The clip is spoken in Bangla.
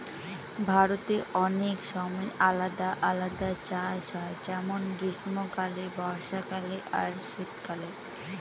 ভারতে অনেক সময় আলাদা আলাদা চাষ হয় যেমন গ্রীস্মকালে, বর্ষাকালে আর শীত কালে